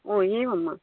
ओ एवं वा